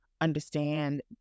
understand